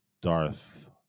Darth